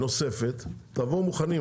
נוספת, ותבואו מוכנים.